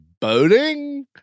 boating